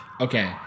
Okay